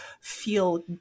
feel